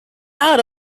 out